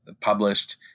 published